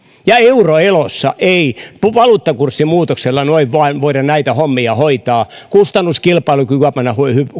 ja euroelossa ei valuuttakurssin muutoksella noin vain voida näitä hommia hoitaa ja kustannuskilpailukykyä panna